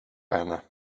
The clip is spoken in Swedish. henne